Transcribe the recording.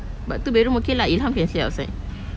but two bedroom okay lah ilham can sleep outside